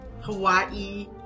Hawaii